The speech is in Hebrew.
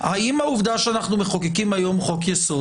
האם העובדה שאנחנו מחוקקים היום חוק יסוד